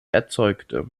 erzeugte